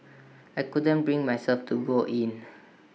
I couldn't bring myself to go in